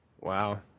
Wow